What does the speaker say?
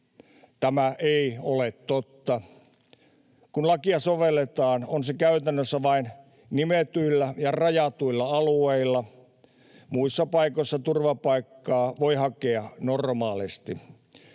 Tämä ei ole totta. Kun lakia sovelletaan, on se käytännössä vain nimetyillä ja rajatuilla alueilla, muissa paikoissa turvapaikkaa voi hakea normaalisti.